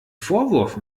vorwurf